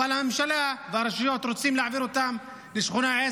אבל הממשלה והרשויות רוצים להעביר אותם לשכונה 10